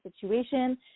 situation